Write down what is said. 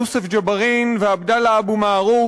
יוסף ג'בארין ועבדאללה אבו מערוף,